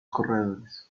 corredores